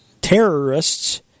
terrorists